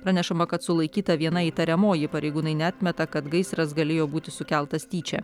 pranešama kad sulaikyta viena įtariamoji pareigūnai neatmeta kad gaisras galėjo būti sukeltas tyčia